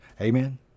Amen